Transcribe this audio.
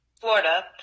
Florida